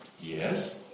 Yes